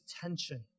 tension